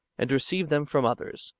and receive them from others,